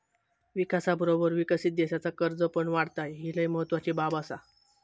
विकासाबरोबर विकसित देशाचा कर्ज पण वाढता, ही लय महत्वाची बाब आसा